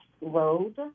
Road